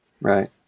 Right